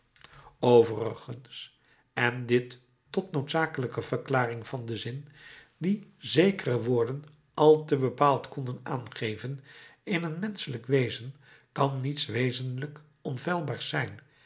gebroken overigens en dit tot noodzakelijke verklaring van den zin dien zekere woorden al te bepaald konden aangeven in een menschelijk wezen kan niets wezenlijk onfeilbaars zijn